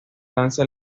lanza